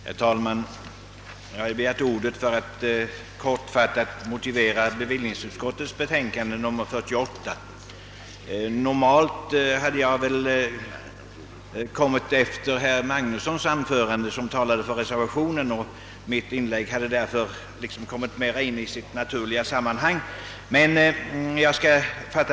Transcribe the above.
Herr talman! Jag har begärt ordet för att kortfattat motivera bevillningsutskottets betänkande nr 48. Om talarlistan inte hade brutits av detta replikskifte, hade jag kommit upp i talarstolen efter herr Magnusson i Borås, som talade för reservationen, och mitt anförande hade då kommit in i ett mer naturligt sammanhang.